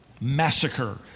massacre